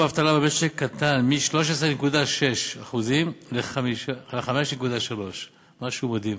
האבטלה במשק קטן מ-13.6% ל-5.3% משהו מדהים,